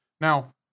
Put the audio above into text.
now